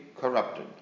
corrupted